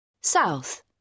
South